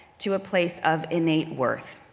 to a place of innate worth.